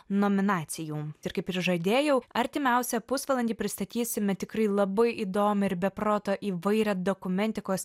nominacijų ir kaip prižadėjau artimiausią pusvalandį pristatysime tikrai labai įdomią ir be proto įvairią dokumentikos